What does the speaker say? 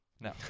No